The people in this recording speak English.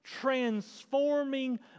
Transforming